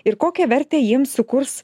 ir kokią vertę jiems sukurs